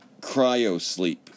cryosleep